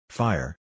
Fire